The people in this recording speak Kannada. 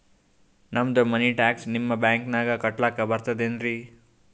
ನಮ್ದು ಮನಿ ಟ್ಯಾಕ್ಸ ನಿಮ್ಮ ಬ್ಯಾಂಕಿನಾಗ ಕಟ್ಲಾಕ ಬರ್ತದೇನ್ರಿ?